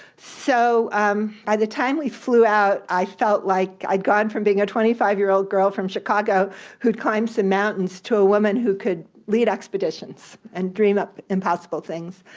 so by the time we flew out, i felt like i'd gone from being a twenty five year old girl from chicago who climbed some mountains, to a woman who could lead expeditions, and dream up impossible things.